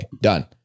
Done